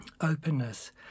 openness